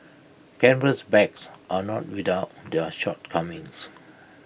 canvas bags are not without their shortcomings